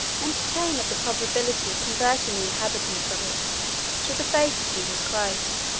entertain of the probability of converting the inhabitants of it to the faith of jesus christ,